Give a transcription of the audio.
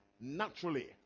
naturally